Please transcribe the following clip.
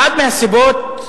אחת מהסיבות,